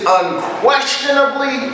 unquestionably